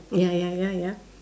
ya ya ya ya